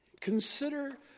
Consider